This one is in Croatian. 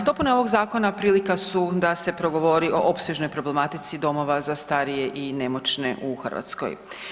Dopune ovog zakona prilika su da se progovori o opsežnoj problematici domova za starije i nemoćne u Hrvatskoj.